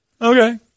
Okay